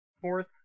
fourth